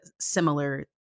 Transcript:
similar